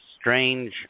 strange